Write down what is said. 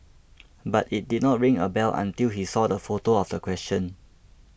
but it did not ring a bell until he saw the photo of the question